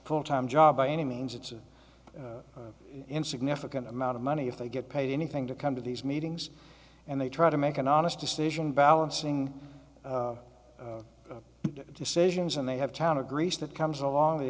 full time job by any means it's an insignificant amount of money if they get paid anything to come to these meetings and they try to make an honest decision balancing decisions and they have time to grease that comes along th